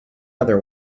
other